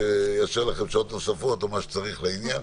שיאשר לכם שעות נוספות או מה שצריך לעניין.